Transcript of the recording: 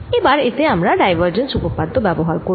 এবার এতে আমরা ডাইভারজেন্স উপপাদ্য ব্যবহার করব